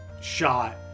shot